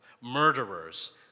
murderers